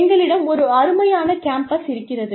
எங்களிடம் ஒரு அருமையான கேம்பஸ் இருக்கிறது